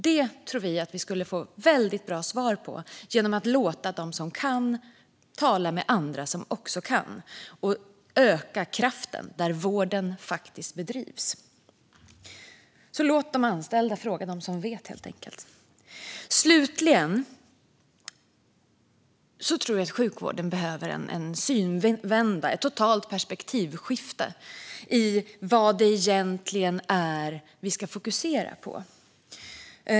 Detta tror vi att vi skulle få väldigt bra svar på genom att låta dem som kan tala med andra som också kan och öka kraften där vården faktiskt bedrivs - helt enkelt låta de anställda fråga dem som vet. Slutligen tror jag att sjukvården behöver en synvända, ett totalt perspektivskifte, när det gäller vad vi egentligen ska fokusera på.